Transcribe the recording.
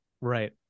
right